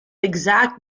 exact